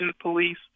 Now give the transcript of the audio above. police